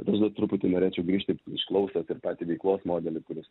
aš dar truputį norėčiau grįžti išklausėt ir patį veiklos modelį kuris